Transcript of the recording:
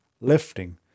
lifting